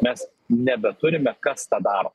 mes nebeturime kas tą daro